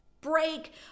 break